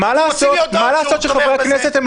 (חברי הכנסת אלי